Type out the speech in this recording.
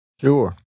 Sure